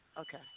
Okay